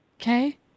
okay